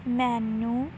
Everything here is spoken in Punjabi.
ਮੈਨੂੰ